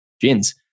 gins